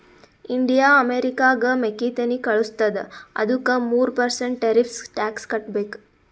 India ಅಮೆರಿಕಾಗ್ ಮೆಕ್ಕಿತೆನ್ನಿ ಕಳುಸತ್ತುದ ಅದ್ದುಕ ಮೂರ ಪರ್ಸೆಂಟ್ ಟೆರಿಫ್ಸ್ ಟ್ಯಾಕ್ಸ್ ಕಟ್ಟಬೇಕ್